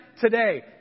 today